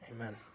amen